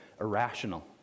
irrational